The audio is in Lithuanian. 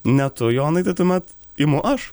ne tu jonai tai tuomet imu aš